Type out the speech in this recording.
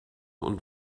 und